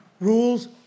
Rules